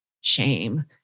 shame